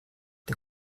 der